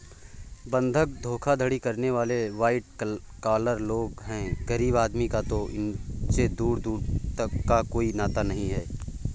बंधक धोखाधड़ी करने वाले वाइट कॉलर लोग हैं गरीब आदमी का तो इनसे दूर दूर का कोई नाता नहीं है